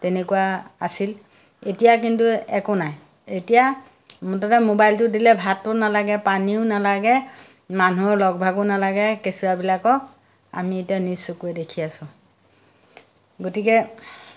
তেনেকুৱা আছিল এতিয়া কিন্তু একো নাই এতিয়া মুঠতে মোবাইলটো দিলে ভাতো নালাগে পানীও নালাগে মানুহৰ লগ ভাগো নালাগে কেঁচুৱাবিলাকক আমি এতিয়া নিজ চকুৰে দেখি আছোঁ গতিকে